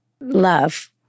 love